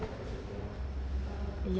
ya